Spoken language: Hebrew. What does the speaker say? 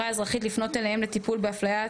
האזרחית לפנות אליהם לטיפול באפליה.